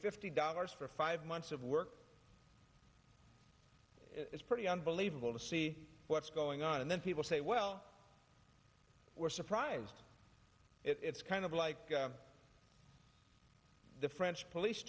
fifty dollars for five months of work it's pretty unbelievable to see what's going on and then people say well we're surprised it's kind of like the french police